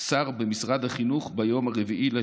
שר במשרד החינוך ביום 4 ביוני,